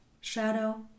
shadow